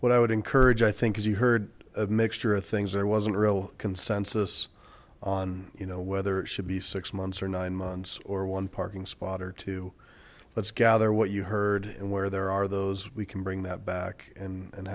what i would encourage i think has you heard a mixture of things there wasn't real consensus on you know whether it should be six months or nine months or one parking spot or two let's gather what you heard and where there are those we can bring that back and